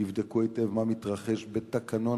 תבדקו היטב מה מתרחש בתקנון